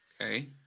Okay